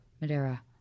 Madeira